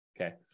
Okay